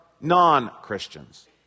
non-Christians